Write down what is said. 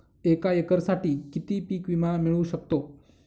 एका एकरसाठी किती पीक विमा मिळू शकतो?